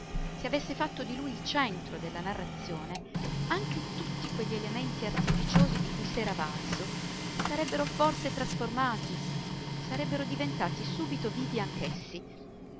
se avesse fatto di lui il centro della narrazione anche tutti quegli elementi artificiosi di cui s'era valso si sarebbero forse trasformati sarebbero diventati subito vivi